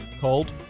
called